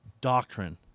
doctrine